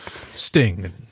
sting